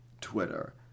Twitter